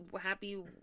happy